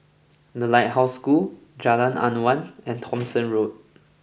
The Lighthouse School Jalan Awan and Thomson Road